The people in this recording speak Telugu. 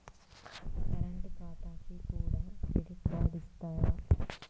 కరెంట్ ఖాతాకు కూడా క్రెడిట్ కార్డు ఇత్తరా?